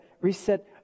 reset